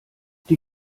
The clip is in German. die